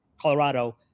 Colorado